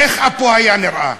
איך אפו היה נראה?